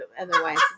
otherwise